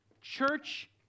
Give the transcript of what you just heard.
church